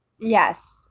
Yes